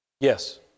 Yes